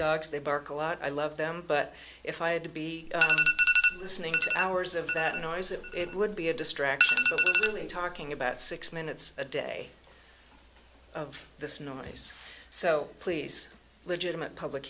dogs they bark a lot i love them but if i had to be listening to hours of that noise it would be a distraction talking about six minutes a day of the snow ice so please legitimate public